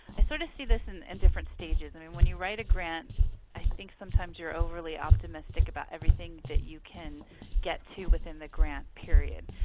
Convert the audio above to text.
i sort of see this and in different stages. i mean, when you write a grant i think sometimes you're overly optimistic about everything that you can get to within the grant period.